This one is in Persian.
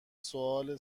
سوال